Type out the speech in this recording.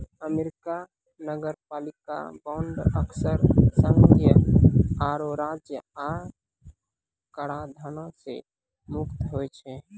America नगरपालिका bond अक्सर संघीय आरो राज्य आय कराधानो से मुक्त होय छै